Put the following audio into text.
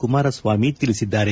ಕುಮಾರಸ್ವಾಮಿ ತಿಳಿಸಿದ್ದಾರೆ